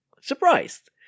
surprised